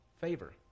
favor